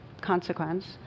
consequence